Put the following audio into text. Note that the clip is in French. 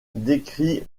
décrit